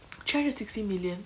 three hundred and sixty million